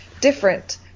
different